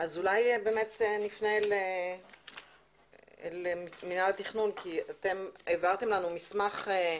נפנה למינהל התכנון כי אתם העברתם לנו מסמך.